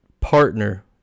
partner